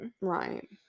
Right